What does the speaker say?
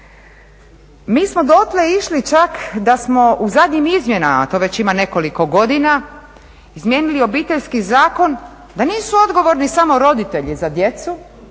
Mi smo dotle išli čak da smo u zadnjim izmjenama to već ima nekoliko godina izmijenili Obiteljski zakon da nisu odgovorni samo roditelji za djecu,